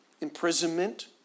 imprisonment